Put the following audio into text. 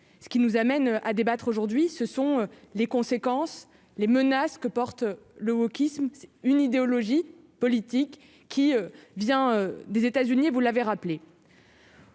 ce qui nous amène à débattre aujourd'hui, ce sont les conséquences, les menaces que porte le wokisme c'est une idéologie politique qui vient des États-Unis, et vous l'avez rappelé.